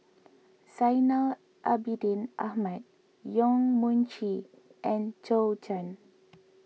Zainal Abidin Ahmad Yong Mun Chee and Zhou